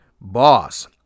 boss